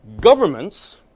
governments